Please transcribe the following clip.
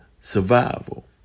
survival